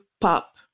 Pop